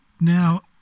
Now